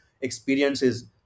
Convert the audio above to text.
experiences